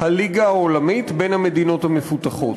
הליגה העולמית בין המדינות המפותחות.